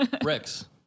bricks